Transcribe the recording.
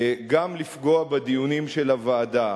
גם לפגוע בדיונים של הוועדה,